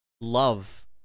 love